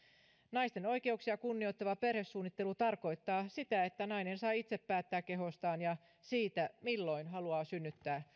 naisten oikeuksia kunnioittava perhesuunnittelu tarkoittaa sitä että nainen saa itse päättää kehostaan ja siitä milloin haluaa synnyttää